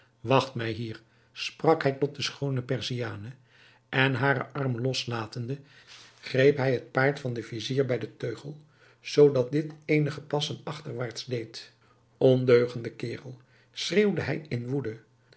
wacht mij hier sprak hij tot de schoone perziane en haren arm los latende greep hij het paard van den vizier bij den teugel zoodat dit eenige passen achterwaarts deed ondeugende kerel schreeuwde hij in woede